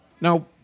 Now